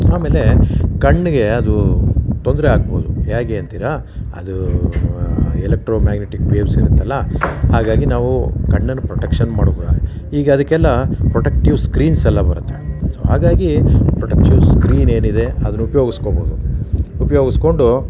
ಆಮೇಲೆ ಕಣ್ಣಿಗೆ ಅದು ತೊಂದರೆ ಆಗ್ಬೋದು ಹೇಗೆ ಅಂತಿರಾ ಅದು ಎಲೆಕ್ಟ್ರೋಮ್ಯಾಗ್ನೆಟಿಕ್ ವೇವ್ಸ್ ಇರುತ್ತಲ್ಲ ಹಾಗಾಗಿ ನಾವು ಕಣ್ಣಿನ ಪ್ರೊಟೆಕ್ಷನ್ ಈಗ ಅದಕ್ಕೆಲ್ಲ ಪ್ರೊಟೆಕ್ಟಿವ್ ಸ್ಕ್ರೀನ್ಸೆಲ್ಲ ಬರುತ್ತೆ ಸೊ ಹಾಗಾಗಿ ಪ್ರೊಟೆಕ್ಟಿವ್ ಸ್ಕ್ರೀನ್ ಏನಿದೆ ಅದನ್ನ ಉಪಯೋಗಿಸ್ಕೊಬೋದು ಉಪಯೋಗಿಸ್ಕೊಂಡು